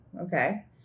Okay